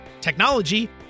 technology